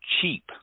cheap